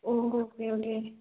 oh okay okay